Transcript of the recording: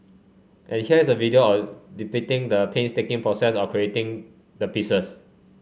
and here is a video depicting the painstaking process of creating the pieces